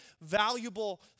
valuable